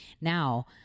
Now